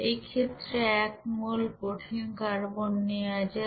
এই ক্ষেত্রে 1 মোল কঠিন কার্বন নেওয়া যাক